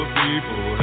people